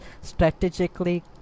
strategically